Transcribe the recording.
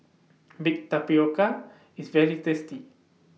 Baked Tapioca IS very tasty